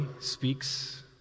speaks